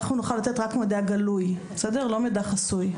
אנחנו נוכל לתת רק מידע גלוי, לא מידע חסוי.